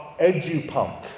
EduPunk